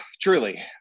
truly